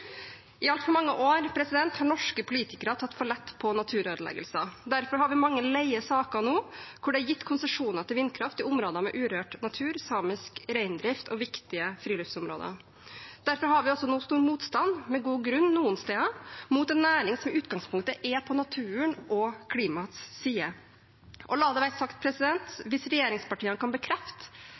I altfor mange år har norske politikere tatt for lett på naturødeleggelser. Derfor har vi mange leie saker nå hvor det er gitt konsesjoner til vindkraft i områder med urørt natur, samisk reindrift og viktige friluftsområder. Derfor har vi også nå stor motstand, med god grunn noen steder, mot en næring som i utgangspunktet er på naturen og klimaets side. La det være sagt: Hvis regjeringspartiene kan bekrefte